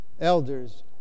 elders